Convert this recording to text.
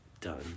Done